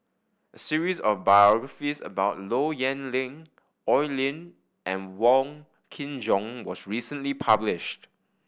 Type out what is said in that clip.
a series of biographies about Low Yen Ling Oi Lin and Wong Kin Jong was recently published